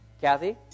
Kathy